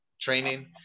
training